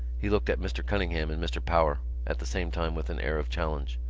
he looked at mr. cunningham and mr. power at the same time with an air of challenge.